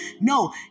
No